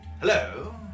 Hello